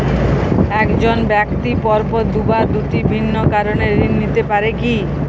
এক জন ব্যক্তি পরপর দুবার দুটি ভিন্ন কারণে ঋণ নিতে পারে কী?